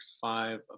five